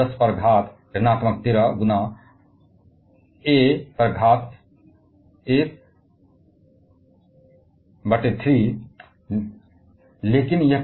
minus 13 की शक्ति में ए में 10 से 14 शक्ति में एक तिहाई